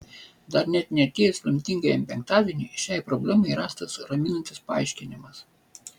dar net neatėjus lemtingajam penktadieniui šiai problemai rastas raminantis paaiškinimas